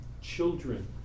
children